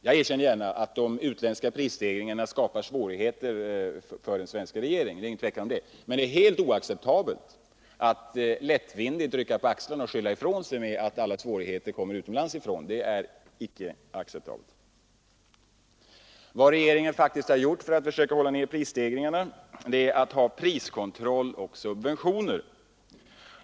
Jag erkänner gärna att de utländska prisstegringarna skapar svårigheter för den svenska regeringen — det är inget tvivel om det — men det är helt oacceptabelt att bara lättvindigt rycka på axlarna och skylla ifrån sig med att alla svårigheter kommer från utlandet. Vad regeringen faktiskt har gjort för att försöka hålla priserna nere är att ha priskontroll och subventioner.